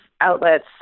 outlets